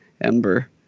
Ember